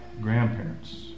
grandparents